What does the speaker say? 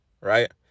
Right